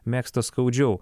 mėgsta skaudžiau